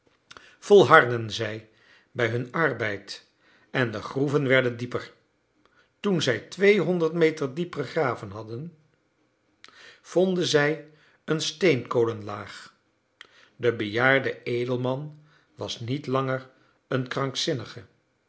volhardden zij bij hun arbeid en de groeven werden dieper toen zij tweehonderd meter diep gegraven hadden vonden zij een steenkolenlaag de bejaarde edelman was niet langer een krankzinnige